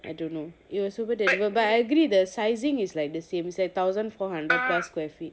I don't know it was super terrible but I agree the sizing is like the same it is like thousand four hundred square feet